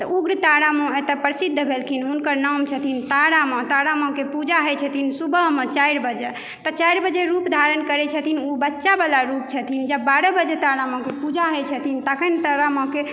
उग्रतारा माँ एतऽ प्रसिद्ध भेलखिन हुनकर नाम छथिन तारा माँ तारा माँके पूजा होइ छथिन सुबहमे चारि बजे तऽ चारि बजे रूप धारण करै छथिन ओ बच्चा बला रूप छथिन जब बारह बजे तारा माँके पूजा होइ छथिन तखन तारा माँके